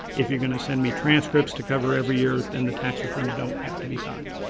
if you're going to send me transcripts to cover every year then the tax returns don't have to be signed.